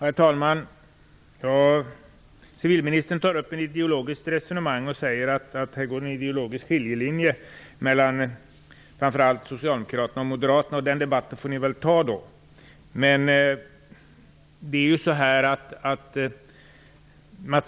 Herr talman! Civilministern tar upp ett ideologiskt resonemang och säger att det här går en ideologisk skiljelinje mellan framför allt socialdemokraterna och moderaterna, och debatten därom får ni väl i så fall föra.